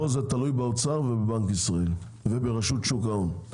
פה זה תלוי באוצר ובבנק ישראל וברשות שוק ההון.